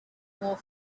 more